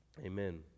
amen